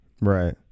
right